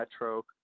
Metro